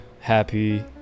happy